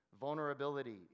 vulnerability